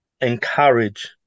encourage